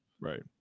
Right